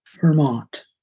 Vermont